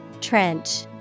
Trench